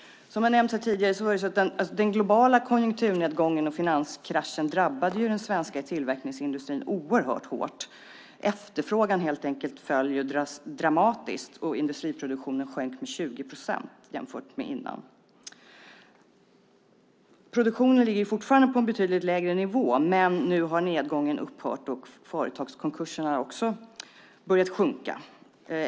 Som har nämnts här tidigare drabbade den globala konjunkturnedgången och finanskraschen den svenska tillverkningsindustrin oerhört hårt. Efterfrågan föll helt enkelt dramatiskt, och industriproduktionen sjönk med 20 procent jämfört med tidigare. Produktionen ligger fortfarande på en betydligt lägre nivå, men nu har nedgången upphört och företagskonkurserna börjar också minska.